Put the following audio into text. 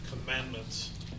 commandments